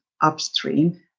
upstream